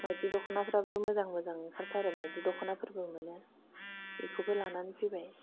मायदि दख'नाफ्राबो मोजां मोजां ओंखारथारो मायदि दख'नाफोरबो मोनो बेखौबो लानानै फैबाय